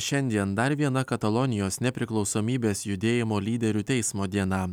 šiandien dar viena katalonijos nepriklausomybės judėjimo lyderių teismo diena